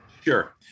Sure